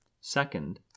Second